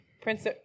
Prince